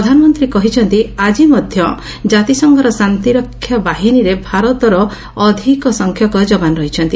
ପ୍ରଧାନମନ୍ତ୍ରୀ କହିଛନ୍ତି ଆଜି ମଧ୍ୟ କାତିସଂଘର ଶାନ୍ତିରକ୍ଷୀ ବାହିନୀରେ ଭାରତର ଅଧିକ ସଂଖ୍ୟକ ଯବାନ ରହିଛନ୍ତି